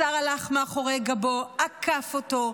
השר הלך מאחורי גבו, עקף אותו,